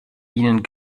ihnen